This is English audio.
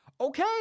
okay